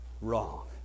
Wrong